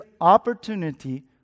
opportunity